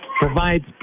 provides